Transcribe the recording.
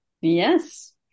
Yes